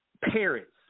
parents